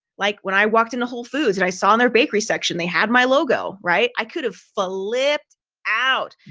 like when i walked into whole foods, and i saw their bakery section, they had my logo, right, i could have flipped out.